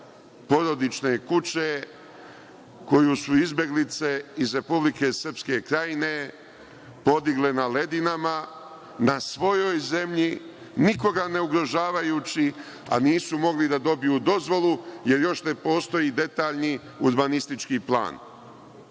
porodične kuće koju su izbeglice iz Republike Srpske Krajine podigle na Ledinama, na svojoj zemlji, nikoga ne ugrožavaju, a nisu mogli da dobiju dozvolu, jer još ne postoji detaljni urbanistički